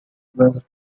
was